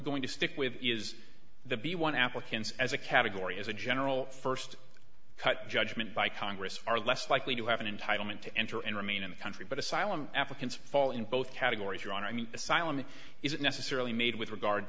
going to stick with is the b one applicants as a category as a general first cut judgment by congress are less likely to have an entitlement to enter and remain in the country but asylum applicants fall in both categories your honor i mean asylum it isn't necessarily made with regard